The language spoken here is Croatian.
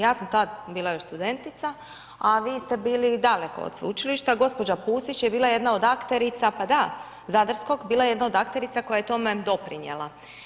Ja sam tad bila još studentica a vi ste bili daleko od sveučilišta, gđa. Pusić je bila jedna od akterica, pa da, zadarskog, bila je jedna od akterica koja je tome doprinijela.